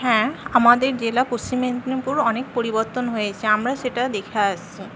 হ্যাঁ আমাদের জেলা পশ্চিম মেদিনীপুর অনেক পরিবর্তন হয়েছে আমরা সেটা দেখে আসছি